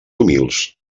humils